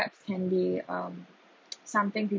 can be um something